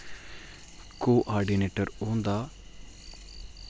coordinator ओह् होंदा